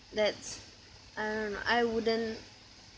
that's I don't know I wouldn't